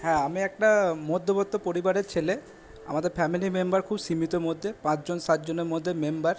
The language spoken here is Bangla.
হ্যাঁ আমি একটা মধ্যবিত্ত পরিবারের ছেলে আমাদের ফ্যামিলি মেম্বার খুব সীমিতর মধ্যে পাঁচজন সাতজনের মধ্যে মেম্বার